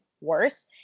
worse